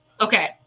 Okay